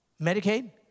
Medicaid